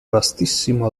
vastissimo